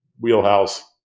wheelhouse